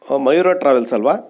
ಆಂ Mayura travels ಅಲ್ಲವಾ